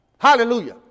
Hallelujah